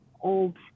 old